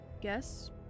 guess